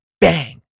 bang